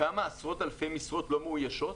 כמה עשרות אלפי משרות לא מאוישות,